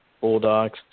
Bulldogs